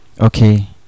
Okay